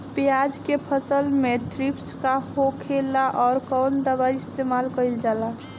प्याज के फसल में थ्रिप्स का होखेला और कउन दवाई इस्तेमाल कईल जाला?